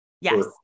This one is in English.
Yes